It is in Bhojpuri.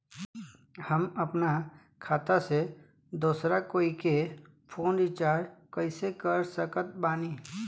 हम अपना खाता से दोसरा कोई के फोन रीचार्ज कइसे कर सकत बानी?